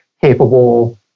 capable